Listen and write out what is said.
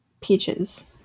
Peaches